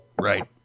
Right